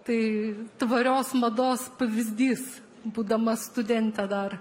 tai tvarios mados pavyzdys būdama studentė dar